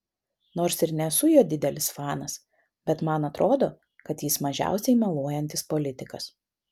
nors ir nesu jo didelis fanas bet man atrodo kad jis mažiausiai meluojantis politikas